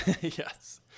Yes